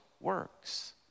works